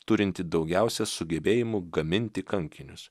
turintį daugiausia sugebėjimų gaminti kankinius